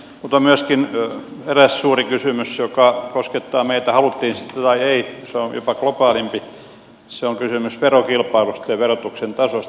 mutta myöskin eräs suuri kysymys joka koskettaa meitä haluttiin sitten tai ei on jopa globaalimpi ja se on kysymys verokilpailusta ja verotuksen tasosta